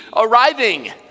arriving